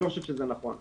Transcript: אני לא חושב שזה נכון,